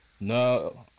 No